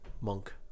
monk